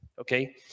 okay